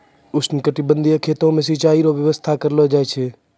उष्णकटिबंधीय खेती मे सिचाई रो व्यवस्था करलो जाय छै